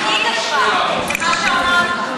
זה מה שהוא אמר לך.